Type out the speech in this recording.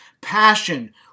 Passion